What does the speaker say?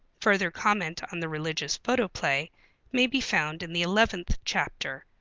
further comment on the religious photoplay may be found in the eleventh chapter,